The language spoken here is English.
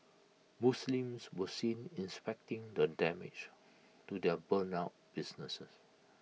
Muslims were seen inspecting the damage to their burnt out businesses